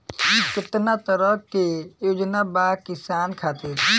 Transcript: केतना तरह के योजना बा किसान खातिर?